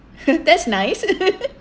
that's nice